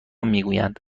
میگویند